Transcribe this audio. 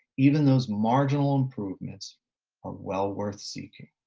even those marginal improvements are well-worth seeking.